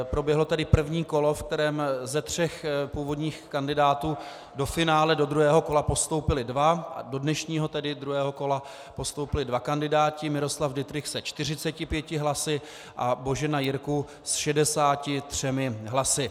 Proběhlo první kolo, v kterém ze tří původních kandidátů do finále do druhého kola postoupili dva, do dnešního, tedy druhého kola, postoupili dva kandidáti, Miroslav Dittrich se 45 hlasy a Božena Jirků s 63 hlasy.